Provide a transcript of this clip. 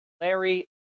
Larry